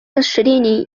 расширение